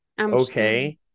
Okay